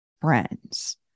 friends